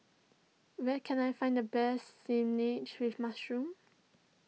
where can I find the best Spinach with Mushroom